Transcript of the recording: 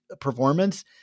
performance